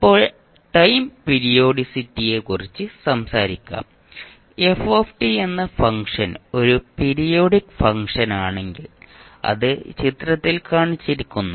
ഇപ്പോൾ ടൈം പിരിയോഡിസിറ്റിയെക്കുറിച്ച് സംസാരിക്കാം f എന്ന ഫംഗ്ഷൻ ഒരു പീരിയോഡിക് ഫംഗ്ഷനാണെങ്കിൽ അത് ചിത്രത്തിൽ കാണിച്ചിരിക്കുന്നു